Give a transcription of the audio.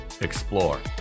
explore